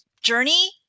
journey